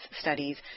studies